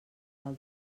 del